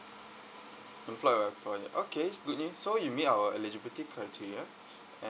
employed by employer okay good news so you meet our eligibility criteria